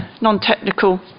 non-technical